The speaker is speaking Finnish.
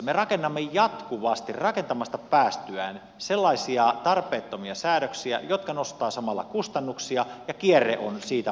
me rakennamme jatkuvasti rakentamasta päästyämme sellaisia tarpeettomia säädöksiä jotka nostavat samalla kustannuksia ja kierre on siitä valmis